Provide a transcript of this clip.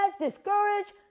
discouraged